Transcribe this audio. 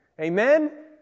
Amen